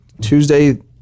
Tuesday